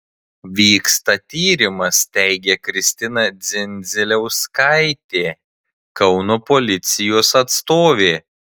vyksta tyrimas teigė kristina dzindziliauskaitė kauno policijos atstovė